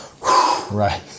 Right